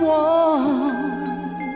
one